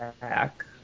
back